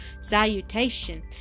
salutation